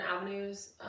avenues